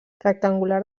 rectangular